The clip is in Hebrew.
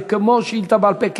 זה כמו שאילתה בעל-פה,